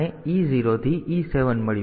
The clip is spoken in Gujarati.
તેથી આને E 0 થી E 7 મળ્યું છે